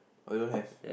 or you don't have